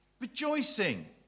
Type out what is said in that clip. rejoicing